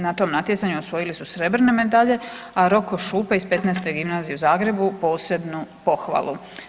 Na tom natjecanju osvojili su srebrne medalje, a Roko Šupe iz XV. gimnazije u Zagrebu posebnu pohvalu.